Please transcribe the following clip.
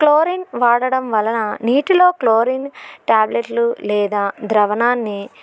chlorine వాడడం వలన నీటిలో క్లోరిన్ టాబ్లెట్లు లేదా ద్రావణాన్ని